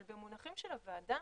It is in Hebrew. אבל במונחים של הוועדה,